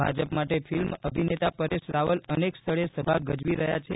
ભાજપ માટે ફિલ્મ અભિનેતા પરેશ રાવલ અનેક સ્થળે સભા ગજવી રહ્યા છે